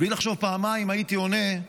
בלי לחשוב פעמיים, הייתי עונה: